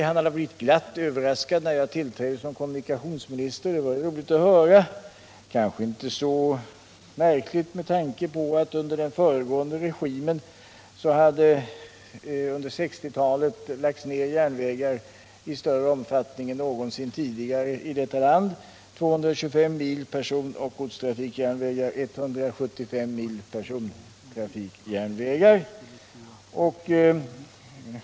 Han hade blivit glatt överraskad när jag tillträdde som kommunikationsminister. Det var roligt att höra det. Kanske är det inte så märkligt med tanke på att under den föregående regimen hade under 1960-talet lagts ned järnvägar i större omfattning än någonsin tidigare i detta land — 225 mil personoch godstrafikjärnvägar, 175 mil persontrafikjärnvägar.